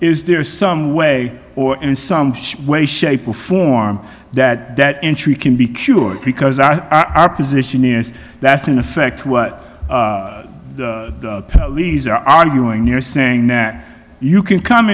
is there some way or in some way shape or form that that entry can be cured because our our position is that's in effect what these are arguing you're saying that you can come